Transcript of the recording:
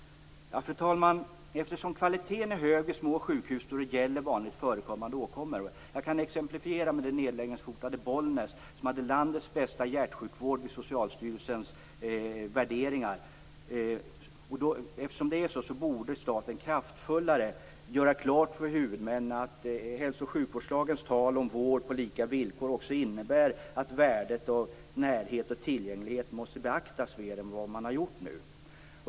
Fru talman! Eftersom kvaliteten är hög vid små sjukhus då det gäller vanligt förekommande åkommor borde staten kraftfullare göra klart för huvudmännen att hälso och sjukvårdslagens tal om vård på lika villkor också innebär att värdet av närhet och tillgänglighet måste beaktas mer än man har gjort nu. Jag kan exemplifiera med det nedläggningshotade Bollnäs sjukhus, som hade landets bästa hjärtsjukvård i Socialstyrelsens värderingar.